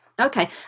okay